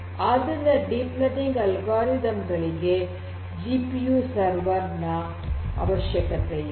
ಆದ್ದರಿಂದ deep learning algorithm ಗಳಿಗೆ G P U server ನ ಅವಶ್ಯಕತೆ ಇದೆ